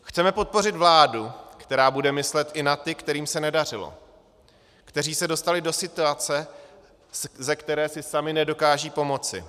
Chceme podpořit vládu, která bude myslet i na ty, kterým se nedařilo, kteří se dostali do situace, ze které si sami nedokážou pomoci.